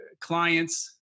clients